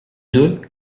deux